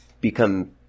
become